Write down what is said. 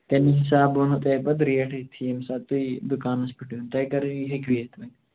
تَمے حِساب وَنہو تۄہہِ پَتہٕ ریٹ ییٚتتھٕے ییٚمہِ ساتہٕ تُہۍ دُکانَس پٮ۪ٹھ یُن تۄہہِ کَرو یہِ ہیٚکِو یِتھ وۅنۍ